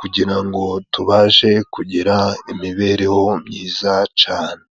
kugira ngo tubashe kugira imibereho myiza cane.